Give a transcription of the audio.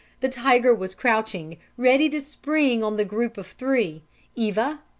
the tiger was crouching, ready to spring on the group of three eva,